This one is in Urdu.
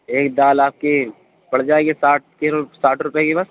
ایک دال آپ کی پڑ جائے گی ساٹھ کی ساٹھ روپے کی بس